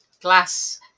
glass